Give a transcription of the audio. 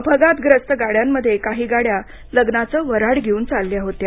अपघातग्रस्त गाड्यांमध्ये काही गाड्या लग्नाचं वर्हाड घेऊन चालल्या होत्या